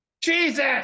Jesus